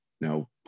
No